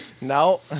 No